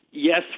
Yes